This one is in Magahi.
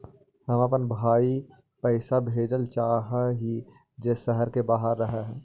हम अपन भाई पैसा भेजल चाह हीं जे शहर के बाहर रह हे